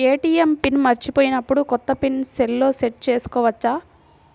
ATM pin మరచిపోయినప్పుడు, కొత్త pin సెల్లో సెట్ చేసుకోవచ్చా?